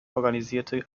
organisierte